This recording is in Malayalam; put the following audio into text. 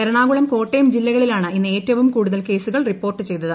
എറണാകുളം കോട്ടയം ജില്ലകളിലാണ് ഇന്ന് ഏറ്റവും കൂടുതൽ കേസുകൾ റിപ്പോർട്ട് ചെയ്തത്